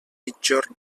migjorn